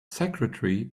secretary